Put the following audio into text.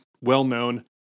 well-known